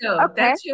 Okay